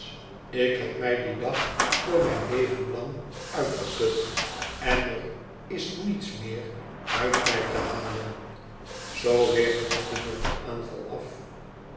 ik heb mij dien dag voor mijn leven lang uitgeput en er is niets meer uit mij te halen zoo weert mortimer den aanval af